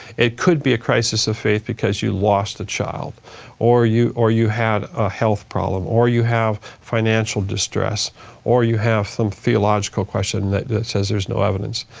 it could be a crisis of faith because you lost a child or you or you had a health problem or you have financial distress or you have some theological question that says there's no evidence.